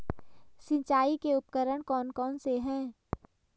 सिंचाई के उपकरण कौन कौन से हैं?